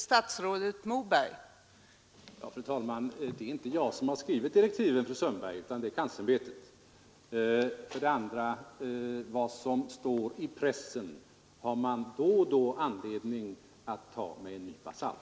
Fru talman! För det första: Det är inte jag som skrivit direktiven, fru Sundberg, utan det är kanslersämbetet. För det andra: Vad som står i pressen har man då och då anledning att ta med en nypa salt.